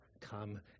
come